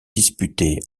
disputée